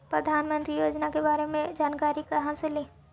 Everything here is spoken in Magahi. प्रधानमंत्री योजना के बारे मे जानकारी काहे से ली?